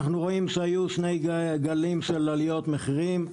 אנחנו רואים שהיו שני גלים של עליות מחירים,